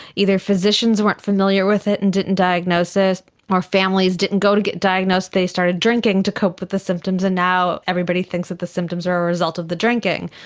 either physicians weren't familiar with it and didn't diagnose it, or families didn't go to get diagnosed, they started drinking to cope with the symptoms, and now everybody thinks that the symptoms are a result of the drinking.